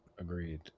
Agreed